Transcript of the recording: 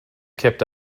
kept